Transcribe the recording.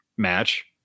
Match